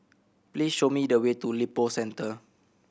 please show me the way to Lippo Centre